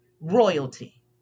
Royalty